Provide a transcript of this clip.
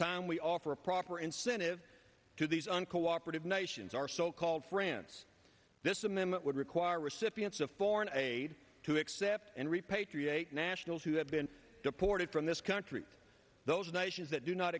time we offer a proper incentive to these uncooperative nations our so called france this amendment would require recipients of foreign aid to accept and repatriate nationals who have been deported from this country those nations that do not